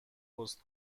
پست